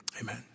Amen